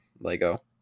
Lego